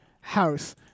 house